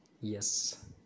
Yes